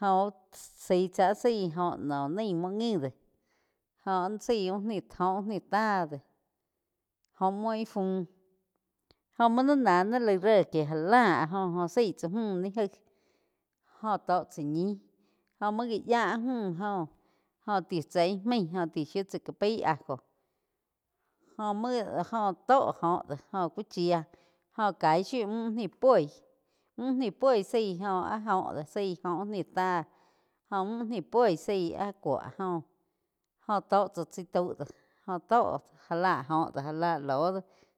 jó zaí tsá áh zaí joh no naih múo ngi do jo áh zaí oh bu ni táh de joh múo íh fu jo muo ni ná ni laig ré kie já la áh óh zaí tsá múh ni gaí jóh tó chá ñíh jóh múo gá yáh áh múh joh jo ti chá ih mai ti shiu tsá ka pái ajo. Jo gi jo tó óh de oh ku chía joh kaig shiu múh úh ni poi, múh uh ni poi zaí jó áh joh do saí jóh úh ni táh óh múh uh ni poi zaí áh kúo áh joh jo tó cha chai tau doh joh tó já lah joh do já la lo doh.